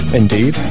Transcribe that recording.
indeed